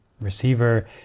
receiver